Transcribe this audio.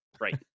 Right